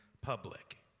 public